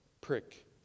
prick